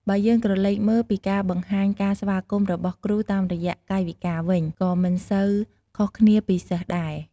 បើយើងក្រឡេកមើលពីការបង្ហាញការស្វាគមន៍របស់គ្រូតាមរយៈកាយវិការវិញ ក៏មិនសូវខុសគ្នាពីសិស្សដែរ។